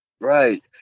right